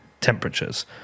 temperatures